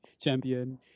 champion